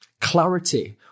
clarity